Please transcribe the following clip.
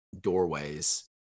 doorways